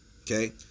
okay